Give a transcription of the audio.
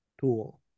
tool